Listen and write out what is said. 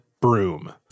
broom